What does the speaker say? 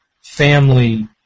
family